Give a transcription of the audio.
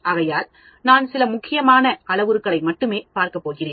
ஆகையால் நான் மிக முக்கியமான அளவுருக்களை மட்டுமே பார்க்கப் போகிறேன்